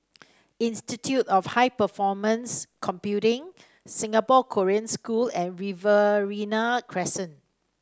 institute of High Performance Computing Singapore Korean School and Riverina Crescent